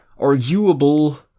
arguable